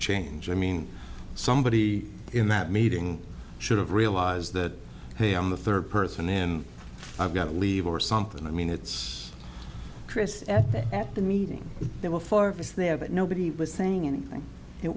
change i mean somebody in that meeting should have realized that hey i'm the third person in i've got leave or something i mean it's chris and at the meeting there were four of us there but nobody was saying anything it